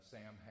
Sam